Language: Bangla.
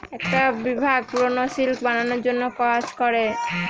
একটা বিভাগ পুরোটা সিল্ক বানানোর জন্য কাজ করে